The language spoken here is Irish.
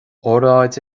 óráid